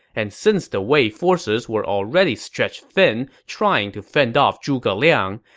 and since the wei forces were already stretched thin trying to fend off zhuge liang,